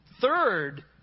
Third